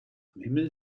himmel